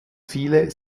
viele